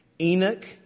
Enoch